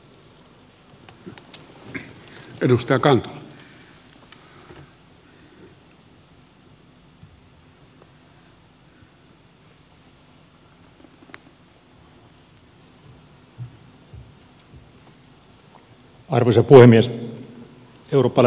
arvoisa puhemies